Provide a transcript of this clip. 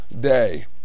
day